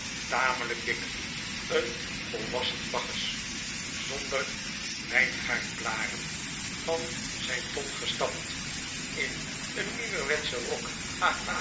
tamelijk dik een volwassen bacchus zonder wijngaardblaren van zijn ton gestapt in een nieuwerwetschen rok